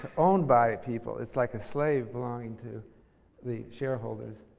ah owned by people. it's like a slave belonging to the shareholders.